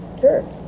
Sure